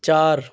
चार